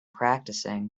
practicing